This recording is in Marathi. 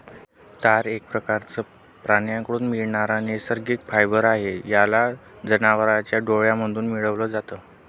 तार एक प्रकारचं प्राण्यांकडून मिळणारा नैसर्गिक फायबर आहे, याला जनावरांच्या डोळ्यांमधून मिळवल जात